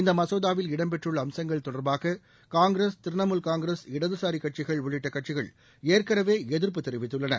இந்த மசோதாவில் இடம்பெற்றுள்ள அம்சங்கள் தொடர்பாக காங்கிரஸ் திரிணாமுல் காங்கிரஸ் இடதுசாரிகட்சிகள் உள்ளிட்ட கட்சிகள் ஏற்கனவே எதிர்ப்பு தெரிவித்துள்ளன